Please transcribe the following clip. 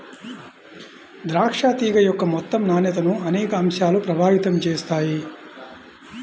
ద్రాక్ష తీగ యొక్క మొత్తం నాణ్యతను అనేక అంశాలు ప్రభావితం చేస్తాయి